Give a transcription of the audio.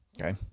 Okay